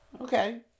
Okay